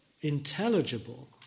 intelligible